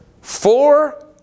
four